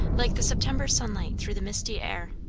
like the september sunlight through the misty air.